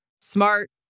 smart